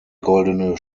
goldene